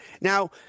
Now